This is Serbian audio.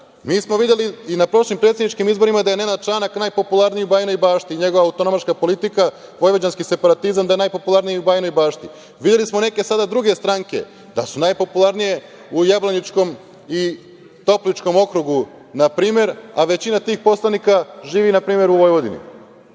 smo videli i na prošlim predsedničkim izborima da je Nenad Čanak najpopularniji u Bajinoj Bašti. Njegova autonomaška politika, vojvođanski separatizam da je najpopularniji u Bajinoj Bašti. Videli smo neke sada druge stranke da su najpopularnije u Jablaničkom i Topličkom okrugu, na primer, a većina tih poslanika živi, na primer, u Vojvodini